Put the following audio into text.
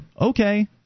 Okay